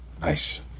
Nice